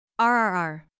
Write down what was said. RRR